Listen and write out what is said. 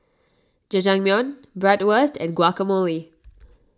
Jajangmyeon Bratwurst and Guacamole